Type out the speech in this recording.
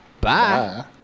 Bye